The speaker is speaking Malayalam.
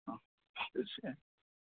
ആ തീർച്ഛയായും